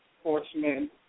enforcement